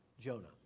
Jonah